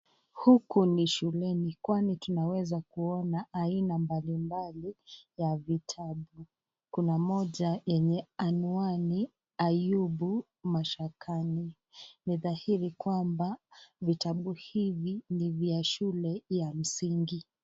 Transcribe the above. Huku ni shuleni kwani tunaweza kuona aina mbalimbali ya vitabu. Kuna moja yenye anwani Ayubu maskakani, ni dhahiri kwamba vitabu hivi ni vya shule ya msingi.